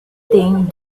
thing